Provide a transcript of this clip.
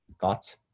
Thoughts